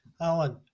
Alan